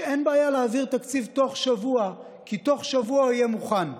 שאין בעיה להעביר תקציב תוך שבוע כי תוך שבוע הוא יהיה מוכן.